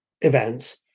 events